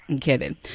Kevin